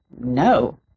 no